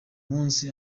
munsi